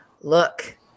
look